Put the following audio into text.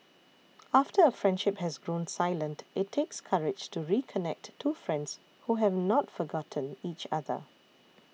after a friendship has grown silent it takes courage to reconnect two friends who have not forgotten each other